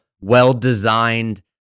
well-designed